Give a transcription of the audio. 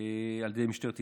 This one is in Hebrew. על ידי משטרת ישראל,